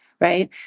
Right